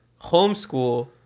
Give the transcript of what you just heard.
homeschool